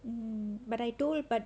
um but I told but